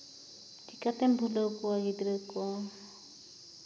ᱪᱤᱠᱟᱹᱛᱮᱢ ᱵᱷᱩᱞᱟᱹᱣ ᱠᱚᱣᱟ ᱜᱤᱫᱽᱨᱟᱹ ᱠᱚ